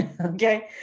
Okay